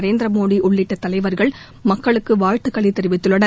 நரேந்திரமோடி உள்ளிட்ட தலைவா்கள் மக்களுக்கு வாழ்த்துக்களை தெரிவித்துள்ளனர்